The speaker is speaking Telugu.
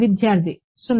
విద్యార్థి 0